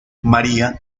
maría